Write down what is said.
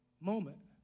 moment